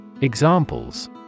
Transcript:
Examples